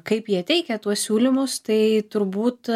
kaip jie teikia tuos siūlymus tai turbūt